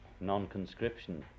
non-conscription